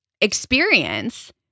experience